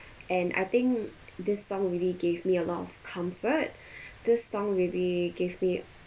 and I think this song really gave me a lot of comfort this song really gave me